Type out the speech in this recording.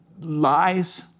lies